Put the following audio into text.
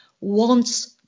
wants